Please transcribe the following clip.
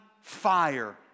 fire